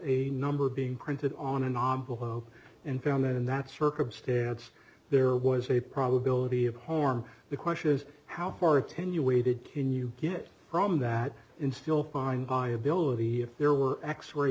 a number being printed on a novel hope and found that in that circumstance there was a probability of harm the question is how far ten you waited can you get from that in still find viability if there were x ray